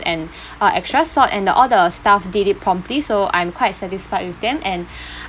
and uh extra salt and the all the staff did it promptly so I'm quite satisfied with them and